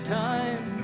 time